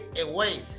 away